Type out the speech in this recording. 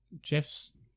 Jeff's